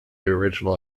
original